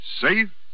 Safe